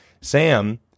Sam